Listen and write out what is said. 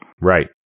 Right